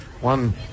one